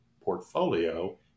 portfolio